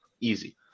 easy